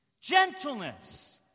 gentleness